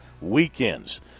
weekends